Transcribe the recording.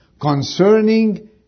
concerning